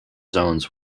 zones